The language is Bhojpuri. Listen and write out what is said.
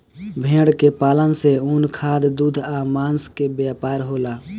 भेड़ के पालन से ऊन, खाद, दूध आ मांस के व्यापार होला